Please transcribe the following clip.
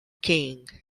king